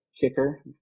kicker